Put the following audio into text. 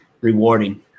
rewarding